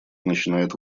начинает